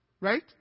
Right